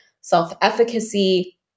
self-efficacy